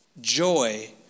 joy